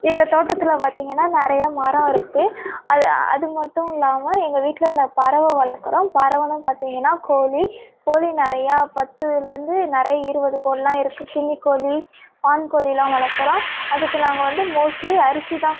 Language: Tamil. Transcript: எங்கள் தோட்டத்தில் பார்த்திங்கனா நிறையா மரம் இருக்கு அது அது மட்டும் இல்லாமல் எங்கள் வீட்டில் நான் பறவை வளக்கிறோம் பறவைனு பார்த்திங்கனா கோழி கோழி நிறையா பத்துலேருந்து நிறையா இருபது கோழிலாம் இருக்கு கின்னிக்கோழி வான்கோழிலாம் வளக்கிறோம் அதுக்கு நாங்கள் வந்து மோஸ்ட்லி அரிசிதான்